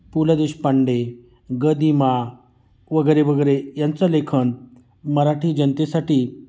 पु ल देशपांडे गदीमा वगैरे वगैरे यांचं लेखन मराठी जनतेसाठी